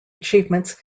achievements